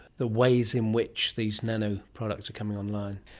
the ways in which these nano products are coming online?